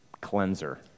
cleanser